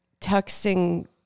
texting